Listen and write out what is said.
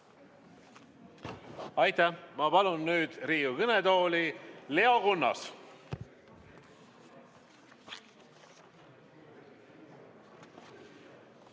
Aitäh! Ma palun nüüd Riigikogu kõnetooli Leo Kunnase.